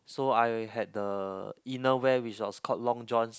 so I had the inner wear which was called long johns